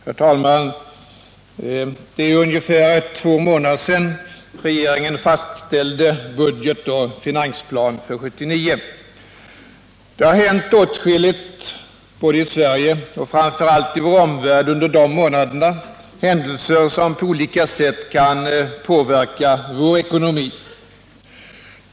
Herr talman! Det är ungefär två månader sedan regeringen fastställde budgetförslaget och finansplanen. Det har hänt åtskilligt både i Sverige och framför allt i vår omvärld under de månaderna, händelser som på olika sätt kan påverka vår ekonomi.